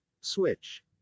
switch